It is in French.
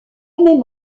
même